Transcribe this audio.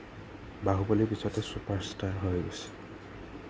বাহুবলীৰ পিছতে চুপাৰষ্টাৰ হৈ গৈছে